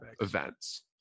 events